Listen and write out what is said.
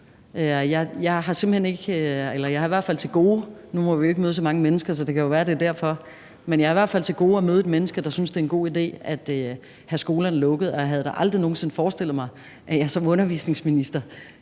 jeg har i hvert fald til gode at møde et menneske, der synes, det er en god idé at have skolerne lukket. Og jeg havde da aldrig nogen sinde forestillet mig, at jeg som undervisningsminister